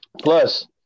Plus